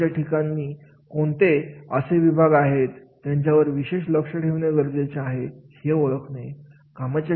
कामाच्या ठिकाणी कोणते असे विभाग आहेत त्यांच्यावर विशेष लक्ष देणे गरजेचे आहे हे ओळखणे